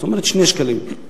זאת אומרת, 2 שקלים.